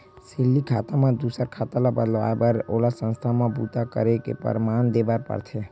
salary खाता म दूसर खाता ल बदलवाए बर ओला संस्था म बूता करे के परमान देबर परथे